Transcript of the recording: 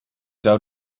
zou